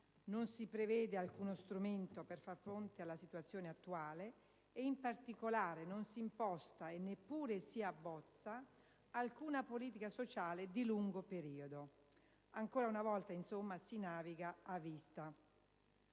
Non si prevede alcuno strumento per far fronte alla situazione attuale ed in particolare non si imposta, e neppure si abbozza, alcuna politica sociale di lungo periodo. Ancora una volta, insomma, si naviga a vista.